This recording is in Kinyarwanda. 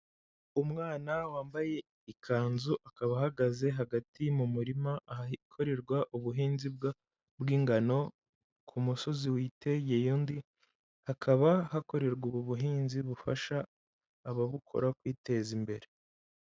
Umwana wambaye ikanzu akaba ahagaze hagati mu murima ahakorerwa ubuhinzi bw'ingano, ku musozi witegeye undi, hakaba hakorerwa ubu buhinzi bufasha ababukora kwiteza imbere.